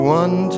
one